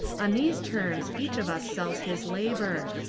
on these terms each of us sells his labour.